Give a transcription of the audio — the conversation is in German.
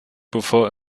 bevor